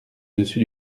dessus